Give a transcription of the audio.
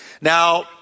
Now